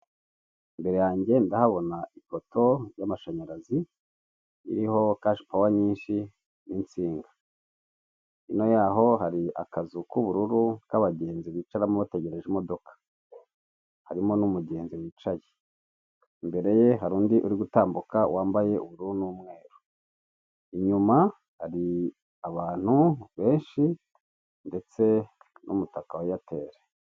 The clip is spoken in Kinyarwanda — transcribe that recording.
Imbere yanjye ndahabona ifoto y'amashanyarazi iriho kashipowa nyinshi n'insinga, hino y'aho hari akazu k'ubururu k'abagenzi bicaramo bategereje imodoka harimo n'umugenzi wicaye, imbere ye hari undi uri gutambuka wambaye ubururu n'umweru, inyuma hari abantu benshi ndetse n'umutaka wa Eyateli.